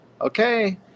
Okay